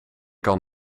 kan